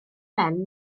ben